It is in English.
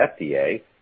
FDA